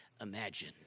imagine